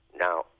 Now